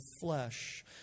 flesh